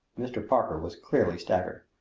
mr. parker was clearly staggered.